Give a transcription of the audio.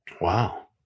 wow